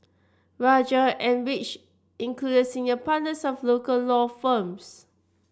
rajah and which included senior partners of local law firms